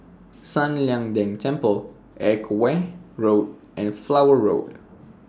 San Lian Deng Temple Edgware Road and Flower Road